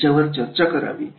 त्यावर चर्चा करावी